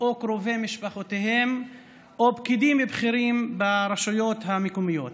או קרובי משפחותיהם או פקידים בכירים ברשויות המקומיות.